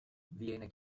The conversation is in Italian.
viene